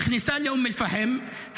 נכנסה לאום אל-פחם,